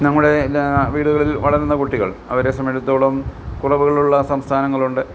നമ്മുടെ എല്ലാ വീടുകളിൽ വളരുന്ന കുട്ടികൾ അവരെ സംബന്ധിച്ചെടുത്തോളം കുറവുകളുള്ള സംസ്ഥാനങ്ങളുണ്ട്